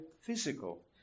physical